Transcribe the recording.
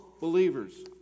Believers